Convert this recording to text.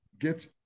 get